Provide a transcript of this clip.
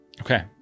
Okay